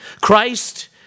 Christ